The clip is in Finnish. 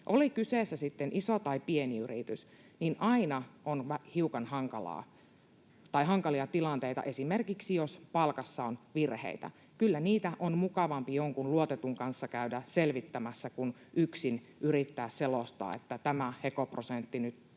Oli kyseessä sitten iso tai pieni yritys, niin aina on hiukan hankalia tilanteita, esimerkiksi jos palkassa on virheitä. Kyllä niitä on mukavampi jonkun luotetun kanssa käydä selvittämässä kuin yksin yrittää selostaa, että tämä heko-prosentti nyt